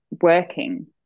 working